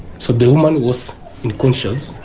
so the woman was unconscious,